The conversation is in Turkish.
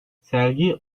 sergi